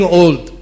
old